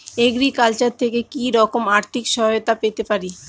Agriculture থেকে কি রকম আর্থিক সহায়তা পেতে পারি?